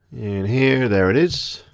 and here, there it is.